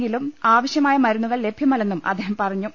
എന്നിട്ടും ആവ ശ്യമായ മരുന്നുകൾ ലഭ്യമല്ലെന്നും അദ്ദേഹം പറഞ്ഞു